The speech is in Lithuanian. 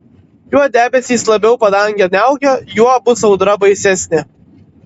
juo debesys labiau padangę niaukia juo bus audra baisesnė